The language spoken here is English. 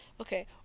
Okay